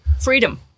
Freedom